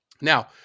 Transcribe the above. Now